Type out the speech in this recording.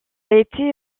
été